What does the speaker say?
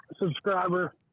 subscriber